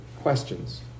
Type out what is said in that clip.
questions